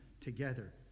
together